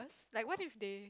like what if they